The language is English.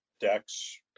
decks